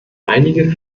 einige